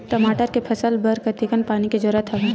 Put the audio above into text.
टमाटर के फसल बर कतेकन पानी के जरूरत हवय?